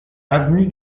avenue